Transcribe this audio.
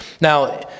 Now